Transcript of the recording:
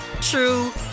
true